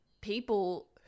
people